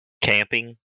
Camping